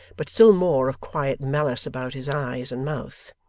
but still more of quiet malice about his eyes and mouth.